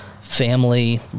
family